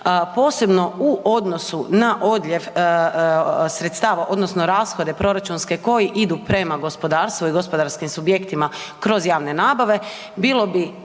posebno u odnosu na odljev sredstava odnosno rashode proračunske koji idu prema gospodarstvu i gospodarskim subjektima kroz javne nabave, bilo bi